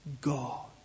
God